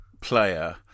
player